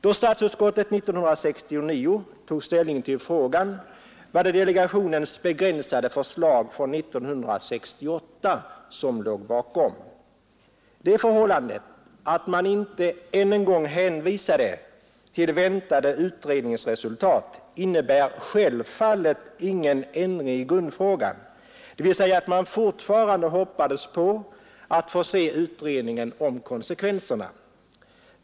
Då statsutskottet 1969 tog ställning till frågan var det delegationens begränsade förslag från 1968 som låg bakom. Det förhållandet att man inte än en gång hänvisade till väntade utredningsresultat innebar självfallet ingen ändring i grundfrågan — dvs. att man fortfarande hoppades på att få se utredningen om konsekvenserna.